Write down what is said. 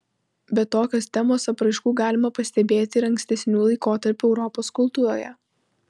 bet tokios temos apraiškų galima pastebėti ir ankstesnių laikotarpių europos kultūroje